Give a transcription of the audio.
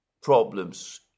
problems